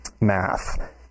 math